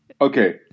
okay